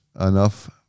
enough